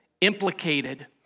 implicated